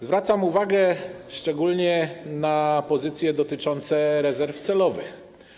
Zwracam uwagę szczególnie na pozycje dotyczące rezerw celowych.